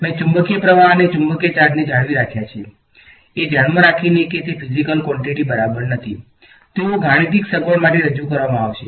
મેં ચુંબકીય પ્રવાહ અને ચુંબકીય ચાર્જને જાળવી રાખ્યા છે એ ધ્યાનમાં રાખીને કે તે ફીઝીકલ કવોંટીટી બરાબર નથી તેઓ ગાણિતિક સગવડ માટે રજૂ કરવામાં આવશે